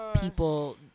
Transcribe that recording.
people